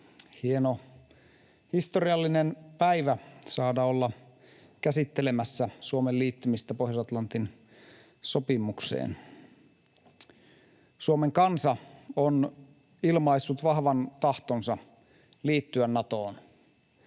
Hieno, historiallinen päivä saada olla käsittelemässä Suomen liittymistä Pohjois-Atlantin sopimukseen. Suomen kansa on ilmaissut vahvan tahtonsa liittyä Natoon.